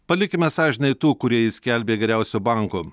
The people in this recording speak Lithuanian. palikime sąžinei tų kurie jį skelbė geriausiu banku